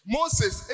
Moses